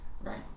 right